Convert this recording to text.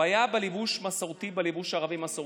הוא היה בלבוש ערבי מסורתי.